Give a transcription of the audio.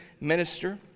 minister